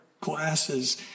glasses